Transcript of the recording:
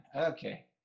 Okay